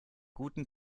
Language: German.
guten